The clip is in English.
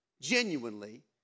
genuinely